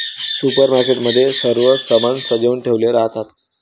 supermarket मध्ये सर्व सामान सजवुन ठेवले राहतात